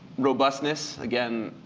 robustness again,